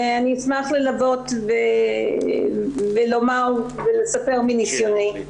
אני אשמח ללוות ולומר ולספר מנסיוני.